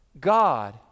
God